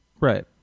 Right